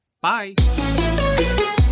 Bye